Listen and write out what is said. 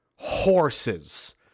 horses